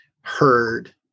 heard